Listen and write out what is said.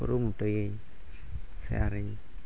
ᱠᱩᱨᱩᱢᱩᱴᱩᱭᱟᱹᱧ ᱥᱮ ᱟᱨᱤᱧ